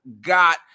got